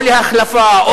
או להחלפה,